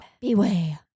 Beware